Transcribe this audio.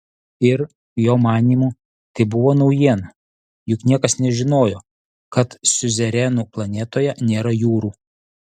ir jo manymu tai buvo naujiena juk niekas nežinojo kad siuzerenų planetoje nėra jūrų